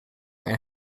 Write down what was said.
and